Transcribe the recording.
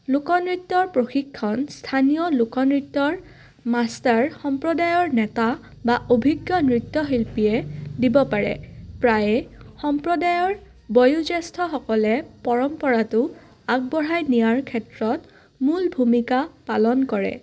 লোকনৃত্যৰ প্ৰশিক্ষণ স্থানীয় লোকনৃত্যৰ মাষ্টাৰ সম্প্ৰদায়ৰ নেতা বা অভিজ্ঞ নৃত্যশিল্পীয়ে দিব পাৰে প্ৰায়ে সম্প্ৰদায়ৰ বয়োজ্যেষ্ঠসকলে পৰম্পৰাটো আগবঢ়াই নিয়াৰ ক্ষেত্ৰত মূল ভূমিকা পালন কৰে